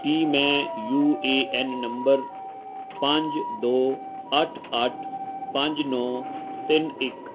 ਕੀ ਮੈਂ U A N number ਪੰਜ ਦੋ ਅੱਠ ਅੱਠ ਪੰਜ ਨੌ ਤਿੰਨ ਇੱਕ